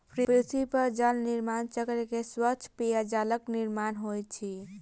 पृथ्वी पर जल निर्माण चक्र से स्वच्छ पेयजलक निर्माण होइत अछि